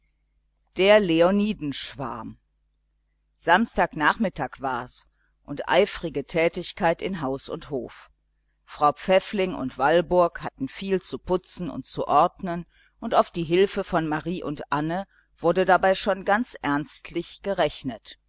der leonidenschwarm samstag nachmittag war's und eifrige tätigkeit in haus und hof frau pfäffling und walburg hatten viel zu putzen und zu ordnen und auf die hilfe von marie und anne wurde dabei schon ganz ernstlich gerechnet